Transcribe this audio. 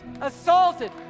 assaulted